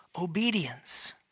obedience